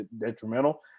detrimental